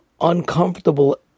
Uncomfortable